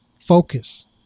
focus